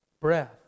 breath